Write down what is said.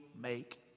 make